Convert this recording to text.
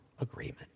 agreement